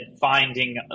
finding